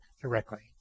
directly